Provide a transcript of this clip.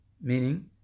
Meaning